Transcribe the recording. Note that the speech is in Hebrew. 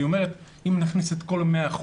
היא אומרת: אם נכניס את כל ה-100%